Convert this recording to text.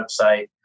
website